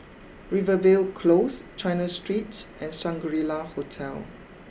Rivervale close China Streets and Shangri La Hotel